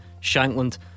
Shankland